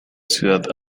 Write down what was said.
ciudad